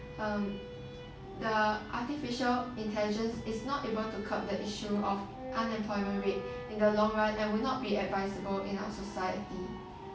um the artificial intelligence is not able to curb the issue of unemployment rate in the long run and will not be advisable in our society